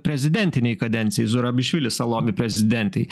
prezidentinei kadencijai zurabišvili salomi prezidentei